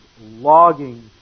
logging